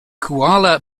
kuala